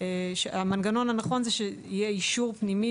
המנגנון הנכון הוא שיהיה אישור פנימי